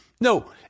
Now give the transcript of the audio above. No